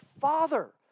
father